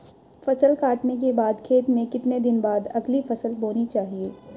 फसल काटने के बाद खेत में कितने दिन बाद अगली फसल बोनी चाहिये?